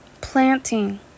planting